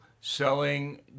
selling